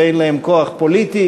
ואין להם כוח פוליטי.